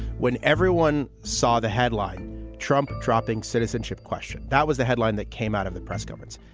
when everyone saw the headline trump dropping citizenship question, that was the headline that came out of the press, gilman's.